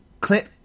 Clint